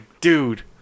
Dude